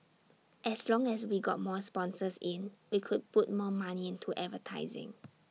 as long as we got more sponsors in we could put more money into advertising